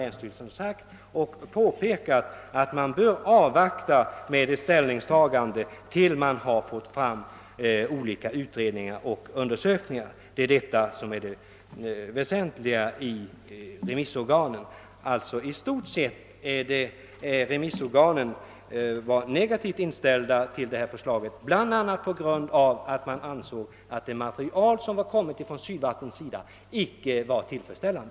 Länsstyrelsen har påpekat att man bör vänta med ett ställningstagande till dess olika utredningar och undersökningar har avslutats. Det är detta som är det väsentliga i flera av yttrandena från remissorganen. I stort sett var de negativt inställda till förslaget, bl.a. därför att man ansåg att det material som framlagts från AB Sydvatten inte var tillfredsställande.